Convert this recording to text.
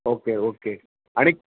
okay okay आणि